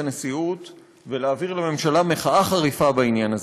הנשיאות ולהעביר לממשלה מחאה חריפה בעניין הזה.